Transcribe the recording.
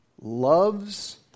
loves